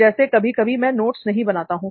जैसे कभी कभी मैं नोट्स नहीं बनाता हूं